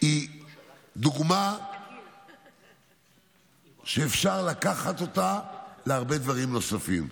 היא דוגמה שאפשר לקחת אותה להרבה דברים נוספים.